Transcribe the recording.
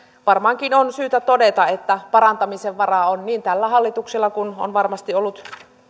varmaankin on syytä todeta että parantamisen varaa on niin tällä hallituksella kuin on varmasti ollut